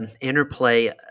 interplay